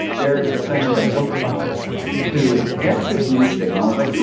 there is essentially a book binder who gets this new signal, is like, hmm,